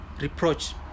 reproach